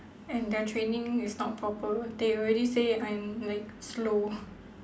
and their training is not proper [one] they already say I'm like slow